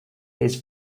his